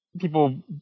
People